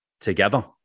together